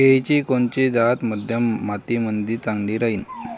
केळाची कोनची जात मध्यम मातीमंदी चांगली राहिन?